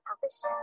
purpose